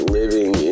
living